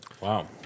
Wow